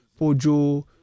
Pojo